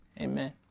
amen